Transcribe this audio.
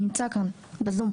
נמצא כאן בזום?